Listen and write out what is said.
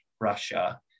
Russia